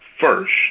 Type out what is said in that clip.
first